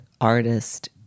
artist